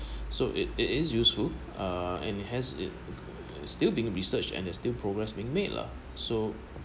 so it it is useful uh and it has it still being research and there's still progress being made lah so